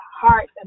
heart